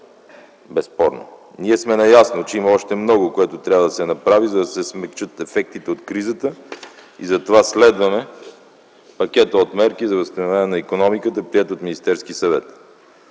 Безспорно! Ние сме наясно, че има още много, което трябва да се направи, за да се смекчат ефектите от кризата и затова следваме пакета от мерки за възстановяване на икономиката, приет от Министерския съвет.